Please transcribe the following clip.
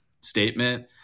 statement